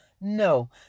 No